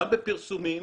גם בפרסומים